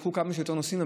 שייקחו כמה שיותר נוסעים,